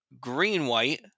green-white